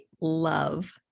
love